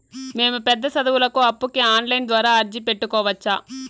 మేము పెద్ద సదువులకు అప్పుకి ఆన్లైన్ ద్వారా అర్జీ పెట్టుకోవచ్చా?